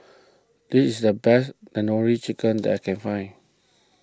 this is the best Tandoori Chicken that I can find